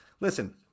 listen